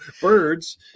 Birds